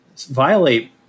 violate